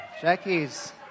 Jackie's